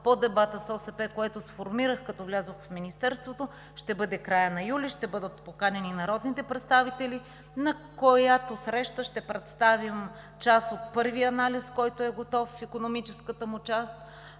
по дебата с ОСП, което сформирах, като влязох в Министерството, ще бъде в края на месец юли, ще бъдат поканени народните представители, на която ще представим част от първия анализ, който е готов, в икономическата му част,